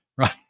Right